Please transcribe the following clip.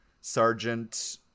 Sergeant